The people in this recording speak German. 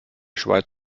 schweiz